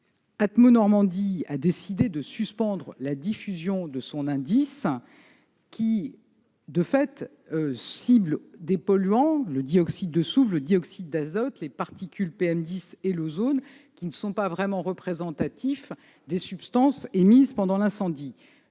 association a décidé de suspendre la diffusion de son indice qui, de fait, cible des polluants comme le dioxyde de soufre, le dioxyde d'azote, les particules PM10 et l'ozone, qui ne sont pas réellement représentatifs des substances émises pendant l'incendie.